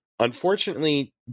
Unfortunately